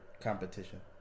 competition